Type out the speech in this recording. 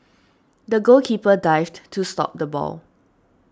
the goalkeeper dived to stop the ball